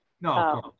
No